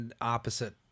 opposite